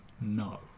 no